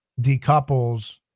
decouples